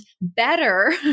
better